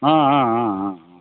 ಹಾಂ ಹಾಂ ಹಾಂ ಹಾಂ ಹಾಂ